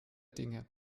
dinge